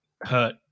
hurt